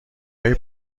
های